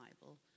Bible